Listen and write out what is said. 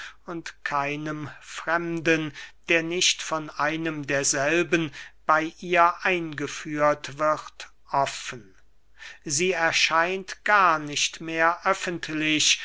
und keinem fremden der nicht von einem derselben bey ihr eingeführt wird offen sie erscheint gar nicht mehr öffentlich